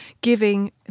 giving